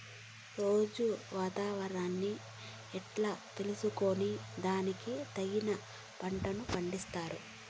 రోజూ వాతావరణాన్ని ఎట్లా తెలుసుకొని దానికి తగిన పంటలని పండిస్తారు?